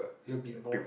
you will be bored